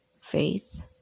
faith